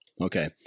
Okay